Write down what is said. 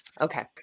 Okay